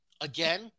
again